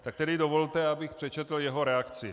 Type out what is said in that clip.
Tak tedy dovolte, abych přečetl jeho reakci: